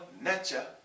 nature